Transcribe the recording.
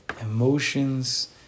Emotions